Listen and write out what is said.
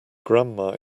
grandma